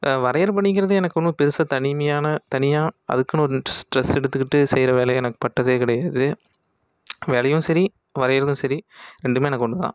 வரையிற பணிக்குறது எனக்கு ஒன்றும் பெருசாக தனிமையான தனியாக அதுக்குன்னு ஒரு ஸ்ட்ரெஸ் எடுத்துக்கிட்டு செய்யற வேலையா எனக்கு பட்டதே கிடையாது வேலையும் சரி வரையிறதும் சரி ரெண்டுமே எனக்கு ஒன்று தான்